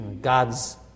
God's